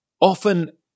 Often